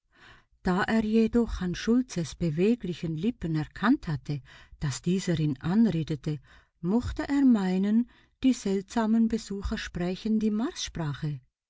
da er jedoch an schultzes beweglichen lippen erkannt hatte daß dieser ihn anredete mochte er meinen die seltsamen besucher sprächen die